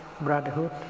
brotherhood